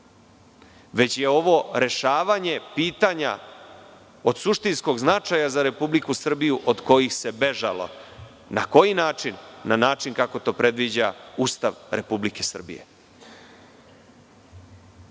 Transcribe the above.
već je ovo rešavanje pitanja od suštinskog značaja za Republiku Srbiju od kojih se bežalo. Na koji način? Na način kako to predviđa Ustav Republike Srbije.